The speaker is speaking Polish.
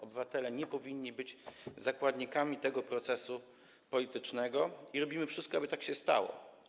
Obywatele nie powinni być zakładnikami tego procesu politycznego i robimy wszystko, aby tak się nie stało.